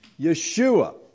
Yeshua